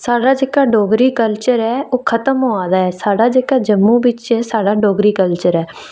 सारा ओह् जेहका डोगरी कल्चर ऐ ओह् खत्म होआ दा ऐ साढ़ा जेहका जम्मू बिच साढ़ा जेहका डोगरी कल्चर ऐ